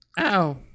Ow